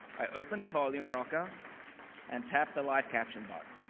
i open the volume rocker and tap the live caption button.